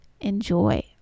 enjoy